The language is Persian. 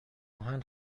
آهن